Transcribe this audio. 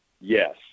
yes